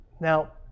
Now